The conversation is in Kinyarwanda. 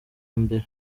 mbere